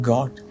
God